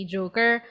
Joker